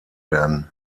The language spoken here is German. werden